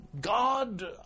God